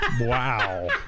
Wow